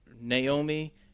Naomi